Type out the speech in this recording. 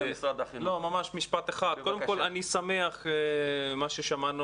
קודם כל אני רוצה להגיד שאני שמח, מה ששמענו